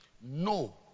No